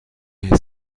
est